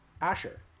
Asher